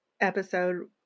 episode